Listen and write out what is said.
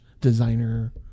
designer